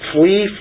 Flee